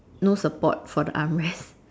no support for the arm rest